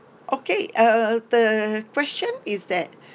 okay uh the question is that